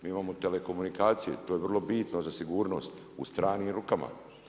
Mi imamo telekomunikacije, to je vrlo bitno za sigurnost u stranim rukama.